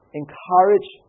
encourage